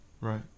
right